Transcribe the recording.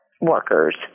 workers